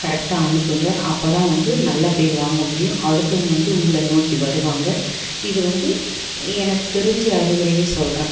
கரெக்டாக அனுப்புங்க அப்போ தான் வந்து நல்ல பேர் வாங்க முடியும் அடுத்தவங்க வந்து உங்களை நோக்கி வருவாங்க இது வந்து எனக்கு தெரிஞ்ச அறிவுரையை சொல்கிறேன்